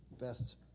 best